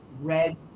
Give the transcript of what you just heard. red